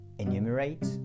Enumerate